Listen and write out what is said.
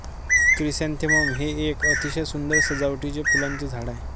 chrysanthemum हे एक अतिशय सुंदर सजावटीचे फुलांचे झाड आहे